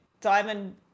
Diamond